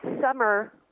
summer